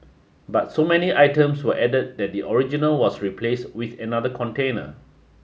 but so many items were added that the original was replaced with another container